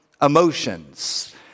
emotions